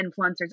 influencers